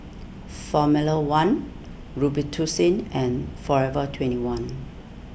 formula one Robitussin and forever twenty one